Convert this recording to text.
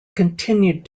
continued